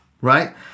right